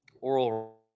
oral